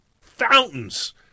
fountains